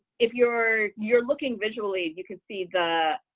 if you're you're looking visually, you can see the